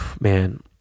man